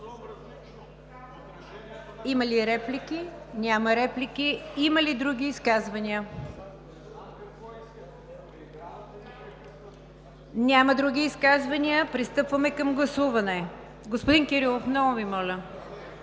Има ли реплики? Няма. Има ли други изказвания? Няма. Пристъпваме към гласуване. Господин Кирилов, много Ви моля,